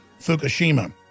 Fukushima